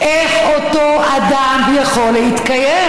איך אותו אדם יכול להתקיים?